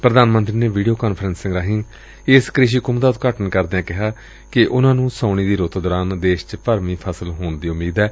ਪ੍ਰਧਾਨ ਮੰਤਰੀ ਨੇ ਵੀਡੀਓ ਕਾਨਫਰੈਂਸਿੰਗ ਰਾਹੀਂ ਇਸ ਕ੍ਰਿਸ਼ੀ ਕੁੰਭ ਦਾ ਉਦਘਾਟਨ ਕਰਦਿਆਂ ਕਿਹਾ ਕਿ ਉਨਾਂ ਨੂੰ ਸਾਉਣੀ ਦੀ ਰੂੱਤ ਦੌਰਾਨ ਦੇਸ਼ ਚ ਭਰਵੀ ਫਸਲ ਹੋਣ ਦੀ ਉਮੀਦ ਏ